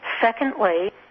secondly